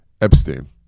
Epstein